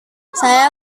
saya